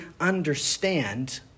understand